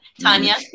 Tanya